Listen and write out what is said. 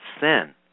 sin